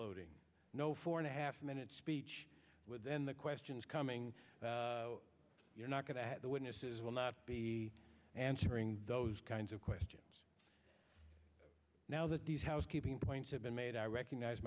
loading no four and a half minute speech then the questions coming you're not going to the witnesses will not be answering those kinds of questions now that these housekeeping points have been made i recognize